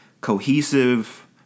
cohesive